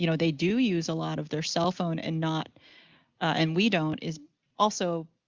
you know they do use a lot of their cell phone and not and we don't is also,